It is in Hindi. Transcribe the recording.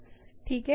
ठीक है